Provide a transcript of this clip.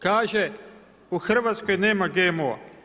Kaže, u Hrvatskoj nema GMO.